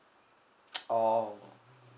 orh